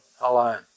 alone